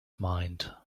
mind